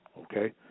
okay